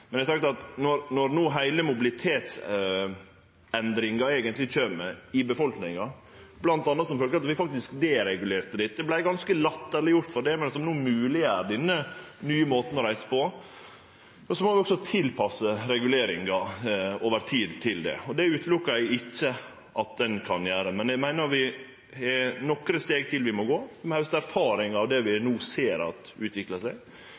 men det er veldig sjeldan Framstegspartiet vert spurt om vi kan tillate høgare fart, og så svarer nei. Eg skal ikkje gjere det no heller. Når no mobilitetsendringa kjem i heile befolkninga, bl.a. som følgje av at vi faktisk deregulerte dette – vi vart latterleggjorde for det, men no mogleggjer vi denne nye måten å reise på – må ein også tilpasse reguleringar over tid til det. Det ser eg ikkje bort frå at ein kan gjere, men eg meiner vi har nokre steg til vi må gå,